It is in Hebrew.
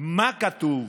מה כתוב,